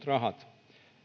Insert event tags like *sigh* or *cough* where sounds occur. *unintelligible* rahat